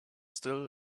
still